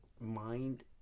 mind